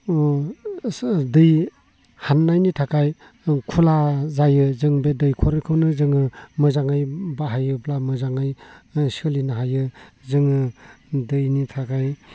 दै हाबनायनि थाखाय खुला जायो जों बे दैखरखौनो जोङो मोजाङै बाहायोब्ला मोजाङै सोलिनो हायो जोङो दैनि थाखायनो